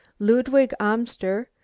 ludwig amster,